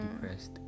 depressed